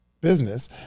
business